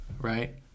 right